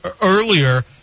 Earlier